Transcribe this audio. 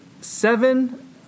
seven